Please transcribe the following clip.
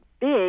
big